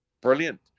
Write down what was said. brilliant